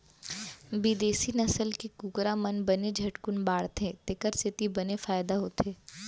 बिदेसी नसल के कुकरा मन बने झटकुन बाढ़थें तेकर सेती बने फायदा होथे